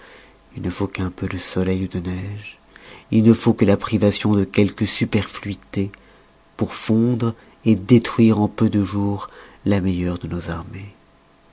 il ne faut qu'un peu de soleil ou de neige il ne faut que la privation de quelques superfluités pour fondre détruire en peu de jours la meilleure de nos armées